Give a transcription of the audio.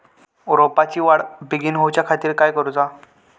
रोपाची वाढ बिगीन जाऊच्या खातीर काय करुचा?